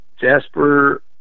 Jasper